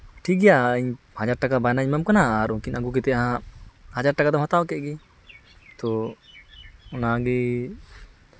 ᱴᱷᱤᱠ ᱜᱮᱭᱟ ᱤᱧ ᱦᱟᱡᱟᱨ ᱴᱟᱠᱟ ᱵᱟᱭᱱᱟᱧ ᱮᱢᱟᱢ ᱠᱟᱱᱟ ᱟᱨ ᱩᱱᱠᱤᱱ ᱟᱹᱜᱩ ᱠᱟᱛᱮ ᱦᱟᱸᱜ ᱦᱟᱡᱟᱨ ᱴᱟᱠᱟ ᱫᱚᱢ ᱦᱟᱛᱟᱣ ᱠᱮᱜ ᱜᱮ ᱛᱚ ᱚᱱᱟᱜᱮ